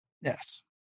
Yes